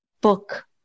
book